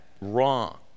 wrong